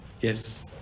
Yes